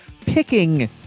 picking